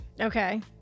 Okay